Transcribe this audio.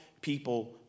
people